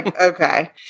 okay